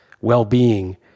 well-being